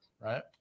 right